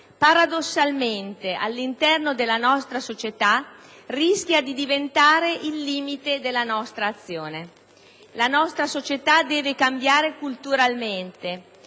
paradossalmente rischia, all'interno della nostra società, di diventare il limite della nostra azione. La nostra società deve cambiare culturalmente